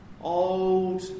old